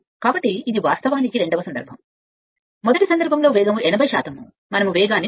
కాబట్టి ఇది వాస్తవానికి రెండవ సందర్భంను పిలుస్తుంది వేగం మొదటి సందర్భంలో 80 మనం వేగాన్ని తగ్గిస్తున్నాము